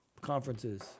conferences